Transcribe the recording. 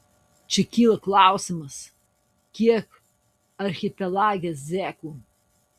čia kyla klausimas kiek archipelage zekų